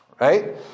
Right